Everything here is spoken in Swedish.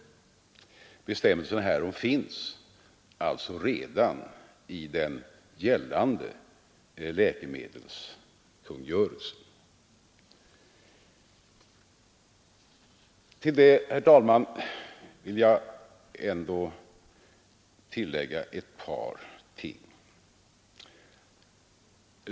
Bestämmelser härom finns alltså redan i den gällande läkemedelskungörelsen. Herr talman! Jag vill tillägga ett par ting.